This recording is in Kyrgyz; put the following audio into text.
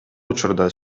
учурда